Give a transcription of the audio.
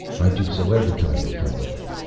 i do so every time they come over.